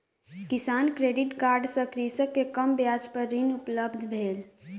किसान credit card सँ कृषक के कम ब्याज पर ऋण उपलब्ध भेल